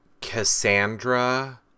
Cassandra